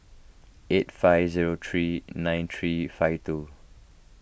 eight five zero three nine three five two